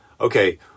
okay